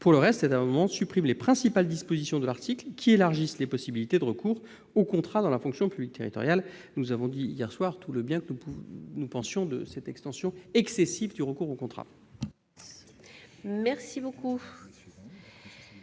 Pour le reste, il tend à supprimer les principales dispositions de l'article qui élargissent les possibilités de recourir au contrat dans la fonction publique territoriale. Nous avons dit hier soir tout le bien que nous pensions de cette extension excessive du champ du recours au contrat ...